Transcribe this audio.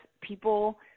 people